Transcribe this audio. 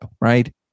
right